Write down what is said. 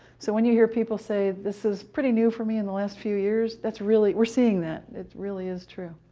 so when you hear people say, this is pretty new for me, in the last few years, that's really we're seeing that it really is true.